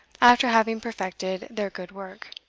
after having perfected their good work.